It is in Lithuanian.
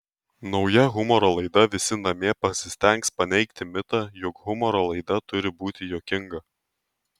nauja humoro laida visi namie pasistengs paneigti mitą jog humoro laida turi būti juokinga